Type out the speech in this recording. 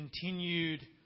continued